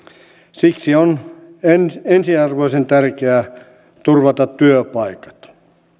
siksi on ensiarvoisen tärkeää turvata työpaikat